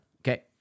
Okay